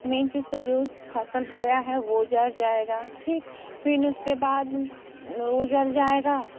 man चीज़ तो जो फसल बोया है वह जल जाएगा ठीक फिर उसके बाद वह जल जाएगा